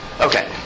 Okay